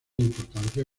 importancia